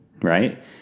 right